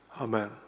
Amen